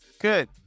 Good